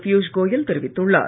பியுஷ் கோயல் தெரிவித்துள்ளார்